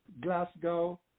Glasgow